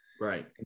Right